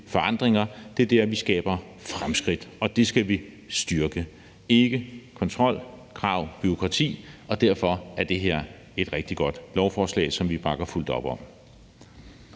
forandringer, det er der, vi skaber fremskridt, og det skal vi styrke, og det er altså ikke med kontrol, krav og bureaukrati. Derfor er det her et rigtig godt lovforslag, som vi bakker fuldt ud op om.